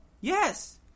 Yes